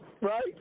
right